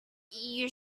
you